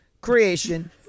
creation